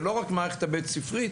ולא רק המערכת הבית ספרית,